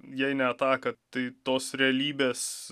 jei ne ataką tai tos realybės